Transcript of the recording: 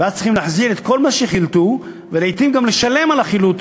ואז צריכים להחזיר את כל מה שחילטו ולעתים גם לשלם על החילוט,